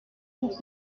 pour